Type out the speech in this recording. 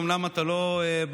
אומנם אתה לא בארץ,